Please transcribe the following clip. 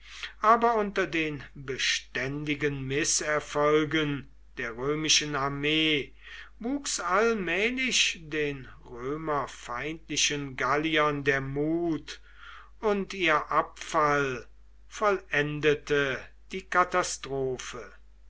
aber unter den beständigen mißerfolgen der römischen armee wuchs allmählich den römerfeindlichen galliern der mut und ihr abfall vollendete die katastrophe